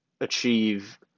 achieve